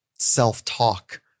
Self-talk